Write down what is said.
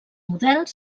models